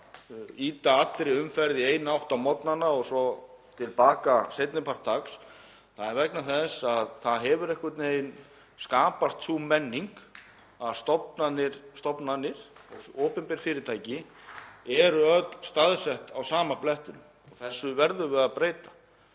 ýta allri umferð í eina átt á morgnana og svo til baka seinni part dags. Það er vegna þess að það hefur einhvern veginn skapast sú menning að stofnanir og opinber fyrirtæki eru öll á sama blettinum. Þessu verðum við að breyta